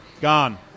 Gone